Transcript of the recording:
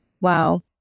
Wow